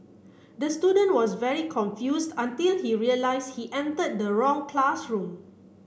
the student was very confused until he realize he enter the wrong classroom